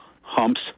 humps